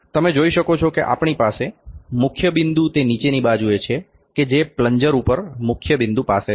તમે જોઈ શકો છો કે આપણી પાસે મુખ્ય બિંદુ તે નીચેની બાજુએ છે કે જે પ્લન્જર ઉપર મુખ્ય બિંદુ પાસે છે